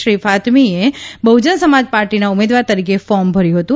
શ્રી ફાતમીએ બહુજન સમાજ પાર્ટીના ઉમેદવાર તરીકે ફોર્મ ભર્યુ હતું